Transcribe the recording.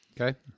Okay